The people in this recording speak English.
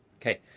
Okay